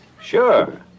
Sure